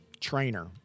trainer